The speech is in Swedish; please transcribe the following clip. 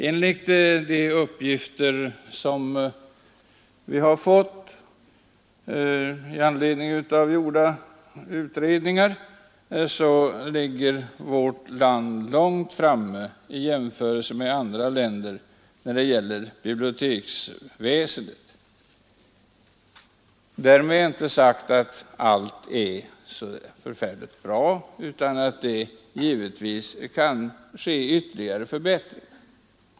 Enligt de uppgifter som vi har fått i anledning av gjorda undersökningar ligger vårt land långt framme i jämförelse med andra länder i fråga om biblioteksväsendet. Därmed är inte sagt att allt är bra, utan det kan givetvis ske ytterligare förbättringar.